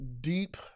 deep